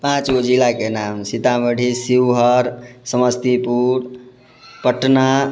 पाँच गो जिलाके नाम सीतामढ़ी शिवहर समस्तीपुर पटना